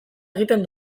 egiten